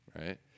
right